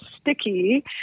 sticky